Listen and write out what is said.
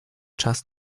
czas